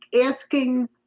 asking